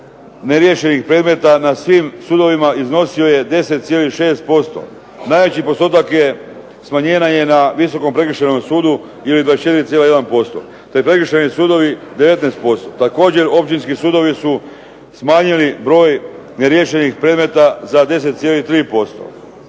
neriješenih predmeta na svim sudovima iznosio je 10,6%. Najveći postotak je smanjenja je na Visokom prekršajnom sudu ili 24,1%, te prekršajni sudovi 19%. Također, općinski sudovi su smanjili broj neriješenih predmeta za 10,3%.